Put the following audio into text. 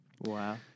Wow